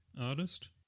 artist